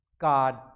God